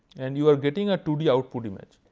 and you are getting a two d output image.